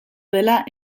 dela